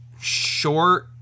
short